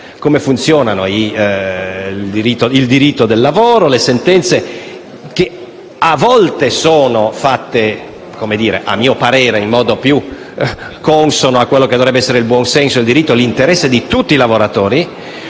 come funziona il diritto del lavoro e le sentenze, che a volte sono fatte, mio parere, in modo più consono a quello che dovrebbe essere il buonsenso, nell'interesse di tutti i lavoratori,